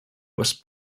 was